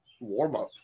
warm-up